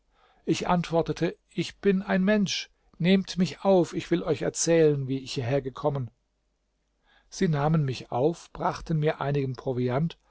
ich antwortete ich bin ein mensch nehmet mich auf ich will euch erzählen wie ich hierhergekommen sie nahmen mich auf brachten mir einigen proviant